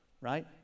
right